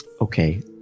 Okay